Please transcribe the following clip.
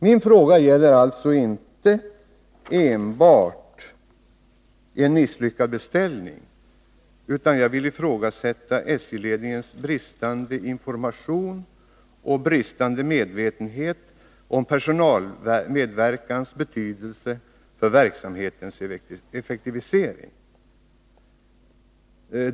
Min fråga gäller alltså inte enbart en misslyckad beställning, utan jag vill ifrågasätta SJ-ledningens bristande information och bristande medvetenhet om personalmedverkans betydelse för verksamhetens effektivisering.